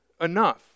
enough